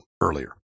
earlier